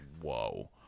whoa